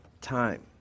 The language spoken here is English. time